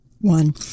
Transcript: one